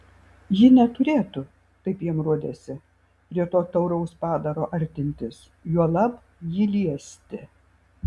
ji neturėtų taip jam rodėsi prie to tauraus padaro artintis juolab jį liesti